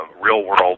real-world